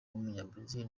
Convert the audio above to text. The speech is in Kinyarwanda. w’umunyabrazil